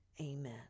Amen